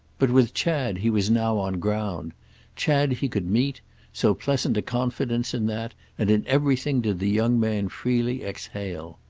but with chad he was now on ground chad he could meet so pleasant a confidence in that and in everything did the young man freely exhale.